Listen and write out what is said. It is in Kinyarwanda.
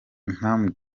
impamvu